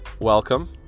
Welcome